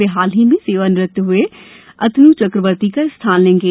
वे हाल ही में सेवानिवृत हए अतन् चक्रवर्ती का स्थान लेंगे